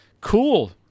Cool